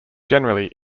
generally